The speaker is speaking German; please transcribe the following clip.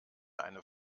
eine